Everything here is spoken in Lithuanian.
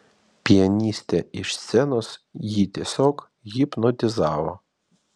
pianistė iš scenos jį tiesiog hipnotizavo